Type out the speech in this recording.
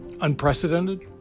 Unprecedented